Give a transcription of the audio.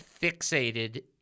fixated